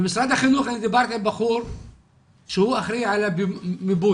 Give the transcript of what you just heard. במשרד החינוך אני דיברתי עם בחור שהוא אחראי על המיפוי,